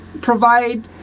provide